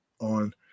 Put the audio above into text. on